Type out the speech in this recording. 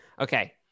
okay